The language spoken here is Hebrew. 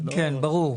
כן, ברור.